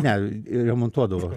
ne remontuodavo